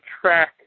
track